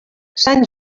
sant